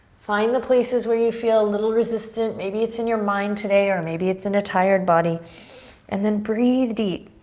find the places where you feel a little resistant. maybe it's in your mind today or maybe it's in the tired body and then breathe deep.